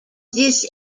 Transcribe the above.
this